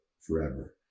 forever